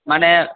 মানে